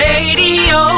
Radio